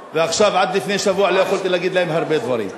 עד לפני שבוע לא יכולתי להגיד להם הרבה דברים,